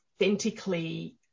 authentically